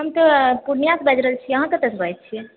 हम तऽ पूर्णियाँ सऽ बाजि रहल छी अहाँ कतय से बाजै छियै